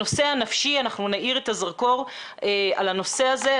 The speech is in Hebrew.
הנושא הנפשי, אנחנו נאיר את הזרקור על הנושא הזה.